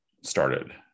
started